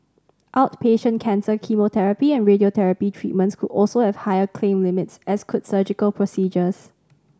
outpatient cancer chemotherapy and radiotherapy treatments could also have higher claim limits as could surgical procedures